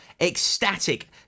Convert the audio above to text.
ecstatic